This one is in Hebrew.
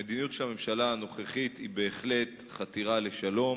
המדיניות של הממשלה הנוכחית היא בהחלט חתירה לשלום,